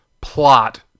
plot